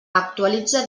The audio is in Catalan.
actualitza